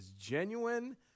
genuine